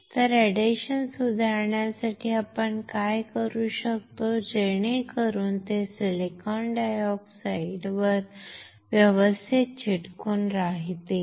तर एडेशन सुधारण्यासाठी आपण काय करू शकतो जेणेकरुन ते सिलिकॉन डायऑक्साइडवर व्यवस्थित चिकटून राहतील